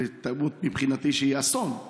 זו טעות שמבחינתי היא אסון,